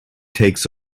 takes